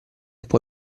può